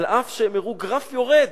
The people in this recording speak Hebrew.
אף שהם הראו גרף יורד.